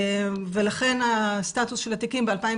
ולכן הסטטוס של התיקים ב-2018,